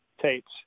tapes